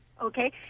Okay